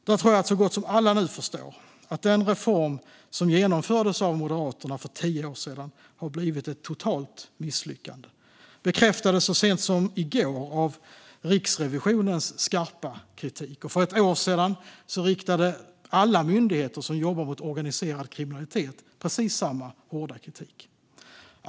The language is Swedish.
Jag tror att så gott som alla nu förstår att den reform som genomfördes av Moderaterna för tio år sedan har blivit ett totalt misslyckande. Det bekräftades så sent som i går av Riksrevisionens skarpa kritik. För ett år sedan kom också alla myndigheter som jobbar mot organiserad kriminalitet med precis samma hårda kritik.